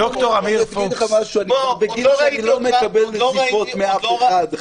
אני כבר בגיל שאני לא מקבל נזיפות מאף אחד.